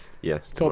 Yes